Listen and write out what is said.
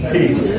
Peace